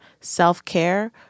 self-care